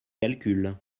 calcul